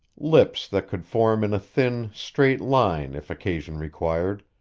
lips that could form in a thin, straight line if occasion required,